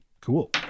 Cool